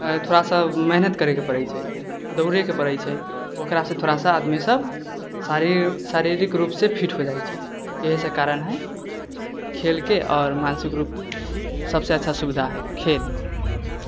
थोड़ा सा मेहनत करैके पड़ै छै दौड़ैके पड़ै छै ओकरासँ आदमी सब शारीरिक रूपसँ फिट हो जाइ छै इहे सब कारण है खेलके आओर मानसिक रूपसँ सबसँ अच्छा सुविधा हइ खेल